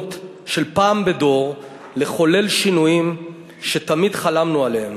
ההזדמנות של פעם בדור לחולל שינויים שתמיד חלמנו עליהם.